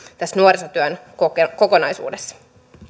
tässä nuorisotyön kokonaisuudessa